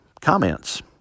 comments